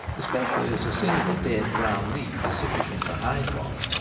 especially as a single dead brown leaf is sufficient to hide one.